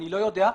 אני לא יודע.